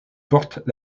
portent